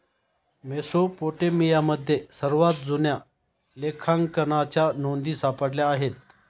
मेसोपोटेमियामध्ये सर्वात जुन्या लेखांकनाच्या नोंदी सापडल्या आहेत